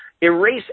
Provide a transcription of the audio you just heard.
erase